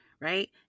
Right